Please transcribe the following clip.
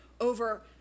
over